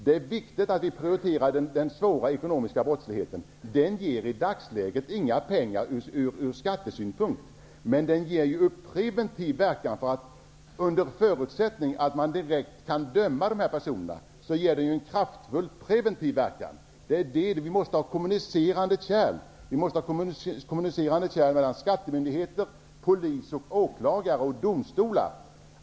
Det är viktigt att prioritera den svåra ekonomiska brottsligheten. Det ger i dagsläget visserligen inga pengar från skattesynpunkt, men det har en preventiv verkan. Under förutsättning att man direkt kan utdöma straff, blir det en kraftfull preventiv verkan. Vi måste ha kommunicerande kärl mellan skattemyndigheter, polis, åklagare och domstolar.